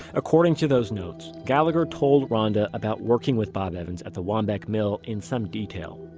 according to those notes, gallagher told ronda about working with bob evans at the waumbec mill in some detail.